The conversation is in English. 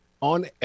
on